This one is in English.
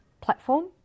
platform